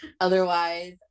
Otherwise